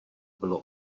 bylo